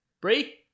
Bree